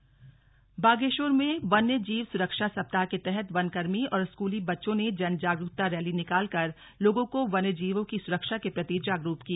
वन्य जीव सप्ताह बागेश्वर बागेश्वर में वन्य जीव स्रक्षा सप्ताह के तहत वन कर्मी और स्कूली बच्चों ने जन जागरूकता रैली निकाल लोगों को वन्य जीवों की सुरक्षा के प्रति जागरूक किया